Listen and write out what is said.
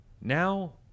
Now